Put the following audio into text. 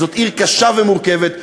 זאת עיר קשה ומורכבת,